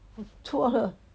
搓了